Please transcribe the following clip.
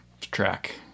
track